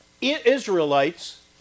Israelites